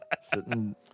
Sitting